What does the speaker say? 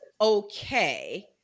okay